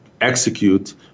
execute